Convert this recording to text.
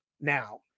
now